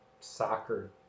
soccer